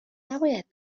نباید